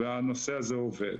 והנושא הזה עובד.